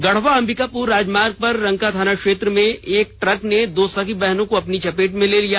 गढ़वा अंबिकापुर राजमार्ग पर रंका थाना क्षेत्र में एक ट्रक ने दो सगी बहनों को अपनी चपेट में ले लिया